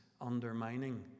undermining